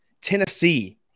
Tennessee